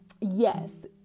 yes